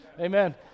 Amen